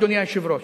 אדוני היושב-ראש.